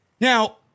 Now